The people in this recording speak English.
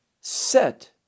set